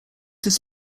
his